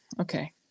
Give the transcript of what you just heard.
Okay